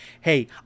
hey